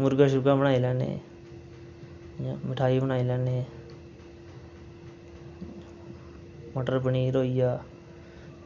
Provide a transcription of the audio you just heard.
मुर्गा बनाई लैन्ने मठाई बनाई लैन्ने मटर पनीर होइया